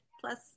Plus